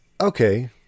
okay